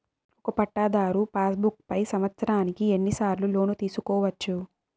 ఒక పట్టాధారు pass book పై సంవత్సరానికి ఎన్ని సార్లు లోను తీసుకోవచ్చు?